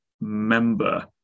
member